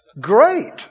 Great